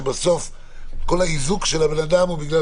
שבסוף כל האיזוק של בן אדם הוא בגלל